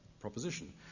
proposition